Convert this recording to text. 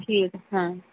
ঠিক হ্যাঁ